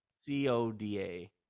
C-O-D-A